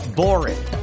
boring